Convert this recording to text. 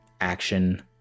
action